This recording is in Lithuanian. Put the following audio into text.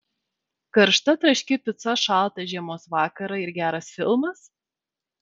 karšta traški pica šaltą žiemos vakarą ir geras filmas